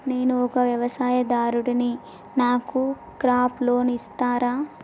నేను ఒక వ్యవసాయదారుడిని నాకు క్రాప్ లోన్ ఇస్తారా?